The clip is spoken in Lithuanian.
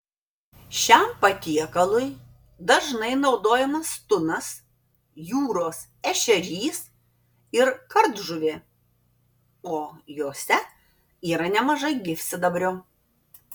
šiam patiekalui dažnai naudojamas tunas jūros ešerys ir kardžuvė o jose yra nemažai gyvsidabrio